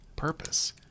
purpose